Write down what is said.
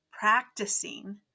practicing